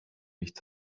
nicht